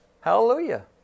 Hallelujah